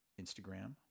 Instagram